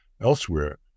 elsewhere